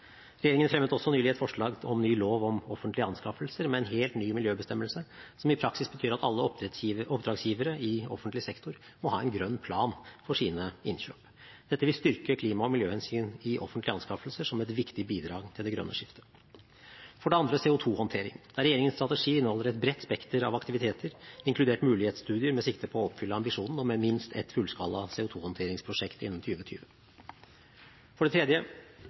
Regjeringen fremmet også nylig et forslag om ny lov om offentlige anskaffelser, med en helt ny miljøbestemmelse som i praksis betyr at alle oppdragsgivere i offentlig sektor må ha en grønn plan for sine innkjøp. Dette vil styrke klima- og miljøhensyn i offentlige anskaffelser som et viktig bidrag til det grønne skiftet. For det andre, CO2-håndtering, der regjeringens strategi inneholder et bredt spekter av aktiviteter inkludert mulighetsstudier med sikte på å oppfylle ambisjonen om minst ett fullskala CO2-håndteringsprosjekt innen 2020. For det tredje,